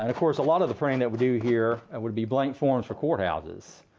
and, of course, a lot of the printing that we do here would be blank forms for courthouses.